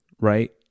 right